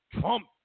Trump